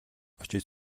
очиж